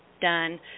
done